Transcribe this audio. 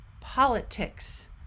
politics